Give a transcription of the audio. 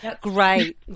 Great